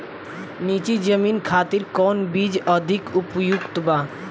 नीची जमीन खातिर कौन बीज अधिक उपयुक्त बा?